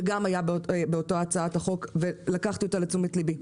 שגם היה באותה הצעת החוק ולקחתי אותו לתשומת ליבי: